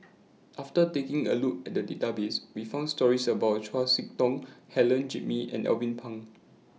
after taking A Look At The Database We found stories about Chau Sik Ting Helen Gilbey and Alvin Pang